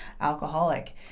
alcoholic